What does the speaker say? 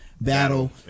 battle